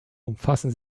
umfassen